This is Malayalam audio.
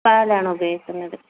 പാലാണ് ഉപയോഗിക്കുന്നത്